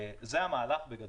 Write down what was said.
זה המהלך בגדול.